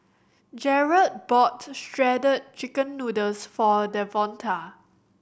Jarett bought Shredded Chicken Noodles for Devonta